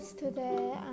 Today